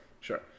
Sure